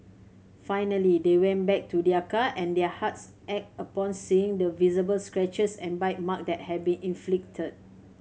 finally they went back to their car and their hearts ached upon seeing the visible scratches and bite mark that had been inflicted